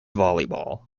volleyball